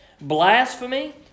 blasphemy